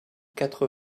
quatre